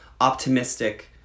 optimistic